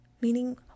meaning